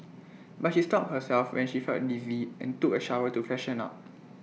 but she stopped herself when she felt dizzy and took A shower to freshen up